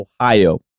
Ohio